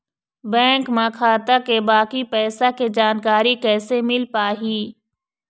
Bank म खाता के बाकी पैसा के जानकारी कैसे मिल पाही?